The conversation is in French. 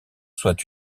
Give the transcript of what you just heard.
soit